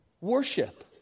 Worship